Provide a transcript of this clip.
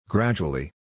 Gradually